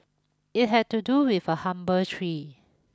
it had to do with a humble tree